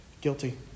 Guilty